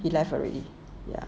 he left already ya